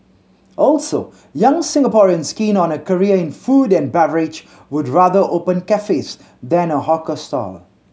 also young Singaporeans keen on a career in food and beverage would rather open cafes than a hawker stall